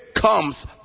comes